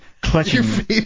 clutching